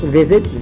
visit